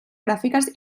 gràfiques